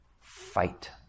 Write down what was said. fight